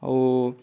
ଓ